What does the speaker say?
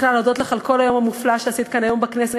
בכלל להודות לך על כל היום המופלא שעשית כאן היום בכנסת,